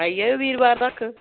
आई जाएओ बीरवार तक